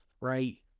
right